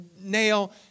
nail